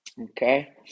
Okay